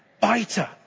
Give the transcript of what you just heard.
Biter